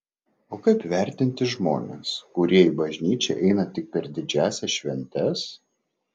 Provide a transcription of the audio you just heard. o kaip vertinti žmones kurie į bažnyčią eina tik per didžiąsias šventes